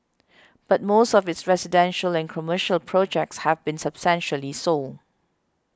but most of its residential and commercial projects have been substantially sold